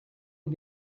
des